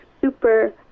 super